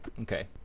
Okay